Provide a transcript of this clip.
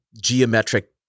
geometric